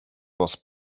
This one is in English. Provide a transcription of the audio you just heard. was